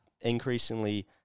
increasingly